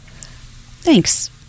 Thanks